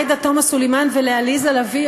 לעאידה תומא סלימאן ולעליזה לביא,